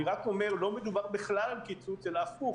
לא מדובר בכלל על קיצוץ אלא הפוך.